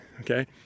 okay